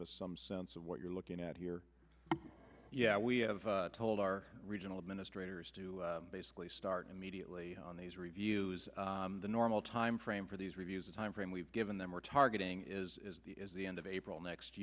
us some sense of what you're looking at here we have told our regional administrator is to basically start immediately on these reviews the normal time frame for these reviews the time frame we've given them we're targeting is the is the end of april next